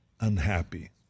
unhappy